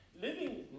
living